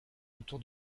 autour